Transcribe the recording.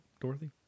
Dorothy